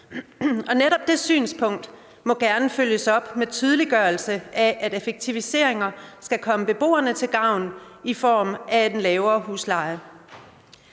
Netop det synspunkt må gerne følges op med tydeliggørelse af, at effektiviseringer skal komme beboerne til gode i form af lavere husleje.